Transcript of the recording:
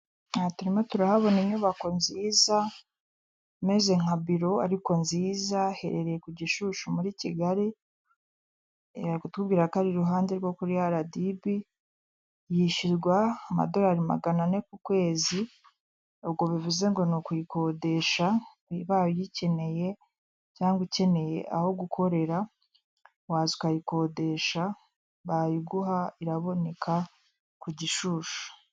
Aha turirimo turahabona inyubako nziza, imeze nka biro ariko nziza ihererereye ku gishushu muri kigali, iri kutubwira ko ari iruhande rwo kuri aradibi yishyurwa amadorari magana ane ku kwezi ubwo bivuze ngo ni ukuyikodesha, ubaye uyikeneye cyangwa ukeneye aho gukorera waza ukayikodesha bayiguha iraboneka ku gishushu.